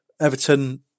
Everton